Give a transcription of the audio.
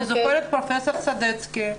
אני זוכרת שבפרופ' סדצקי,